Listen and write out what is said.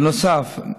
בנוסף,